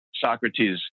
Socrates